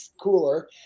cooler